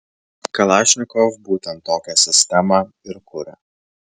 kalašnikov būtent tokią sistemą ir kuria